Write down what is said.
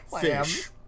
Fish